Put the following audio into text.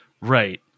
right